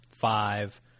five